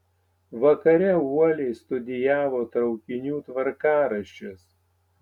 vakare uoliai studijavo traukinių tvarkaraščius